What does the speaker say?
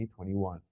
2021